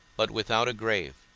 but without a grave.